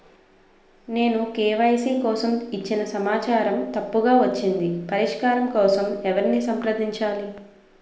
నేను కే.వై.సీ కోసం ఇచ్చిన సమాచారం తప్పుగా వచ్చింది పరిష్కారం కోసం ఎవరిని సంప్రదించాలి?